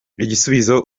igisubizo